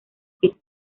pit